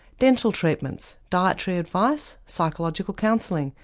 dental treatments, dietary advice, psychological counselling,